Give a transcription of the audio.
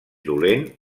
dolent